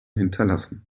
hinterlassen